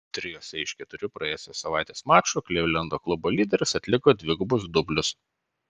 trijuose iš keturių praėjusios savaitės mačų klivlendo klubo lyderis atliko dvigubus dublius